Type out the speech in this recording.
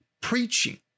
preaching